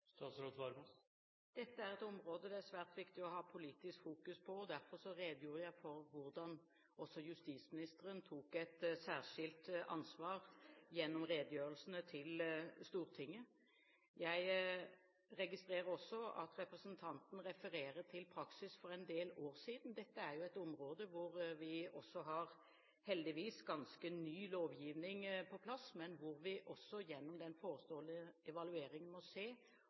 Dette er område det er svært viktig å ha politisk fokus på. Derfor redegjorde jeg for hvordan også justisministeren tok et særskilt ansvar gjennom redegjørelsen til Stortinget. Jeg registrerer også at representanten refererer til praksis for en del år siden. Dette er jo et område hvor vi heldigvis har ganske ny lovgivning på plass, men hvor vi også gjennom den forestående evalueringen må se